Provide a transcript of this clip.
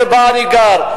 שבה אני גר,